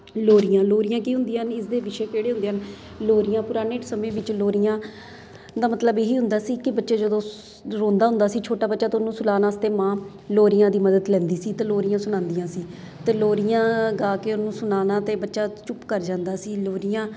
ਲੋਰੀਆਂ ਲੋਰੀਆਂ ਕੀ ਹੁੰਦੀਆਂ ਨੇ ਇਸਦੇ ਵਿਸ਼ੇ ਕਿਹੜੇ ਹੁੰਦੇ ਹਨ ਲੋਰੀਆਂ ਪੁਰਾਣੇ ਸਮੇਂ ਵਿੱਚ ਲੋਰੀਆਂ ਦਾ ਮਤਲਬ ਇਹੀ ਹੁੰਦਾ ਸੀ ਕਿ ਬੱਚੇ ਜਦੋਂ ਸ ਰੋਂਦਾ ਹੁੰਦਾ ਸੀ ਛੋਟਾ ਬੱਚਾ ਤਾਂ ਉਹਨੂੰ ਸੁਲਾਉਣ ਵਾਸਤੇ ਮਾਂ ਲੋਰੀਆਂ ਦੀ ਮਦਦ ਲੈਂਦੀ ਸੀ ਤਾਂ ਲੋਰੀਆਂ ਸੁਣਾਉਦੀਆਂ ਸੀ ਅਤੇ ਲੋਰੀਆਂ ਗਾ ਕੇ ਉਹਨੂੰ ਸੁਣਾਉਣਾ ਅਤੇ ਬੱਚਾ ਚੁੱਪ ਕਰ ਜਾਂਦਾ ਸੀ ਲੋਰੀਆਂ